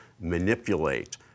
manipulate